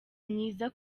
myiza